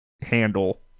handle